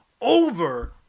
over